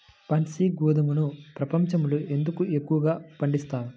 బన్సీ గోధుమను ప్రపంచంలో ఎందుకు ఎక్కువగా పండిస్తారు?